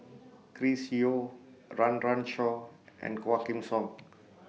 Chris Yeo Run Run Shaw and Quah Kim Song